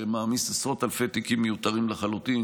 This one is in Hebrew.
שמעמיס עשרות אלפי תיקים מיותרים לחלוטין,